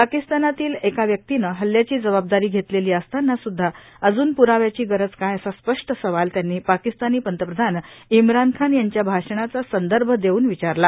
पाकिस्तानातील एका व्यक्तीनं हल्ल्याची जबाबदारी घेतलेली असताना अजून प्राव्याची गरज काय असा स्पष्ट सवाल त्यांनी पाकिस्तानी पंतप्रधान इम्मान खान यांच्या भाषणाचा संदर्भ देऊन विचारला